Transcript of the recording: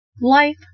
Life